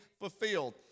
fulfilled